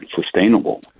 sustainable